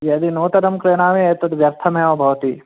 यदि नूतनं क्रीणामि एतद् व्यर्थमेव भवति